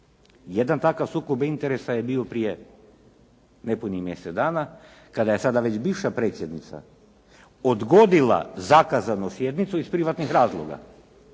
Jedan takav sukob interesa je bio prije nepunih mjesec dana kada je sada već bivša predsjednica odgodila zakazanu sjednicu iz privatnih razloga.